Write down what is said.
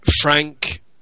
Frank